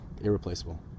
irreplaceable